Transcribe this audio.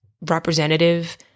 representative